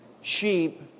sheep